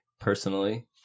personally